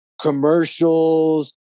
commercials